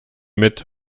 mit